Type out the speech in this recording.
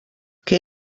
que